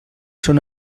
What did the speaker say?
són